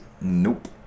Nope